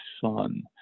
son